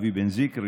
אבי בן זיקרי,